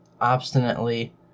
obstinately